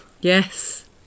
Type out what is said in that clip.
Yes